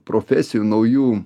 profesijų naujų